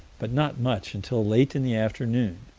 but not much until late in the afternoon,